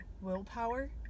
willpower